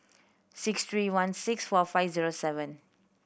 six three one six four five zero seven